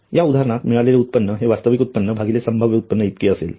या उदाहरणात मिळालेले उत्पन्न हे वास्तविक उत्पन्न भागिले संभाव्य उत्पन्न इतके असेल